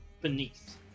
beneath